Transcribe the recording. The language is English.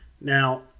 Now